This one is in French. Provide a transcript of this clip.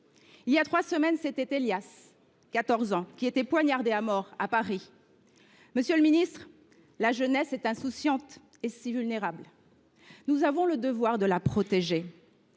Il y a trois semaines, c’était Élias, 14 ans, qui était poignardé à mort à Paris. Monsieur le garde des sceaux, la jeunesse est insouciante et si vulnérable. Nous avons le devoir de la protéger.